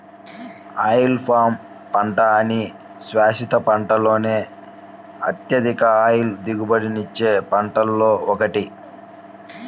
oil palm పంట అన్ని శాశ్వత పంటలలో అత్యధిక ఆయిల్ దిగుబడినిచ్చే పంటలలో ఒకటి